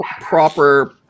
proper